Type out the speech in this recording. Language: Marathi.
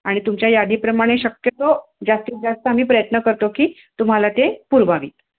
आणि तुमच्या यादीप्रमाणे शक्यतो जास्तीत जास्त आम्ही प्रयत्न करतो की तुम्हाला ते पुरवावीत